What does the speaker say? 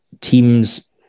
teams